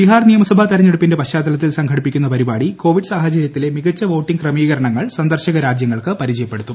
ബിഹാർ നിയമസഭാ തെരഞ്ഞെടുപ്പിന്റെ പശ്ചാത്തലത്തിൽ സംഘടിപ്പിക്കുന്ന പരിപാടി കൊവിഡ് സാഹചര്യത്തിലെ മികച്ച വോട്ടിംഗ് ക്രമീകരണങ്ങൾ സന്ദർശക രാജൃങ്ങൾക്ക് പരിചയപ്പെടുത്തും